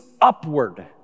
upward